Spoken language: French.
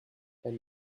elle